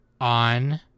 on